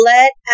Let